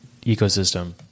ecosystem